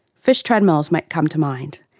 fish treadmills might come to mind,